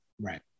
Right